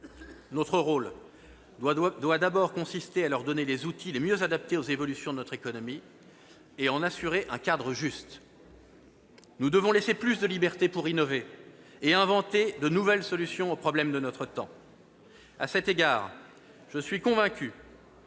Notre rôle doit d'abord consister à leur donner les outils les mieux adaptés aux évolutions de notre économie et en assurer un cadre juste. Nous devons laisser plus de liberté pour innover et inventer de nouvelles solutions aux problèmes de notre temps. À cet égard, je suis convaincu